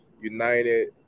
united